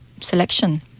selection